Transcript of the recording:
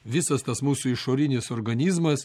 visas tas mūsų išorinis organizmas